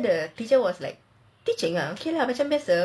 the teacher was like teaching okay lah macam biasa